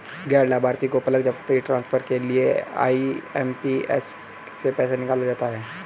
गैर लाभार्थी को पलक झपकते ही ट्रांसफर के लिए आई.एम.पी.एस से पैसा मिल जाता है